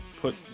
put